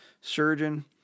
surgeon